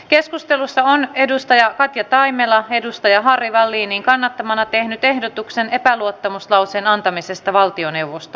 keskustelussa on edustaja katja taimela edustaja harry wallinin kannattamana tehnyt ehdotuksen epäluottamuslauseen antamisesta valtioneuvostolle